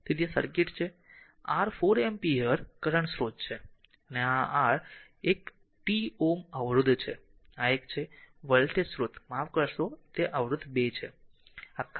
તેથી આ સર્કિટ છે આ r 4 એમ્પીયર કરંટ સ્રોત છે આ r એક t Ω અવરોધ છે આ એક છે વોલ્ટેજ સ્ત્રોત માફ કરશો એક અવરોધ તે 2 છે